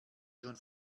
schon